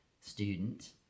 student